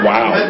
Wow